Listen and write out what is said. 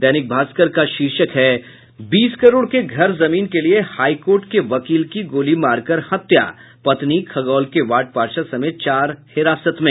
दैनिक भास्कर का शीर्षक है बीस करोड़ के घर जमीन के लिए हाईकोर्ट के वकील की गोली मारकर हत्या पत्नी खगौल के वार्ड पार्षद समेत चार हिरासत में